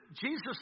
Jesus